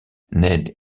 ned